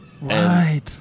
right